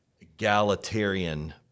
egalitarian